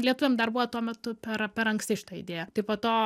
lietuviam dar buvo tuo metu per per anksti šita idėja tai po to